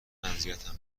اذیتم